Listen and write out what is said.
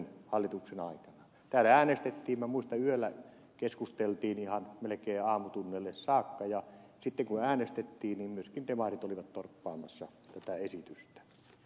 täällä äänestettiin minä muistan että yöllä keskusteltiin ihan melkein aamutunneille saakka ja sitten kun äänestettiin niin myöskin demarit olivat torppaamassa tätä esitystä